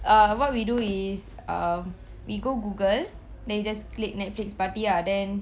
uh what we do is uh we go google then you just click netflix party ah then